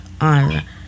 on